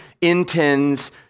intends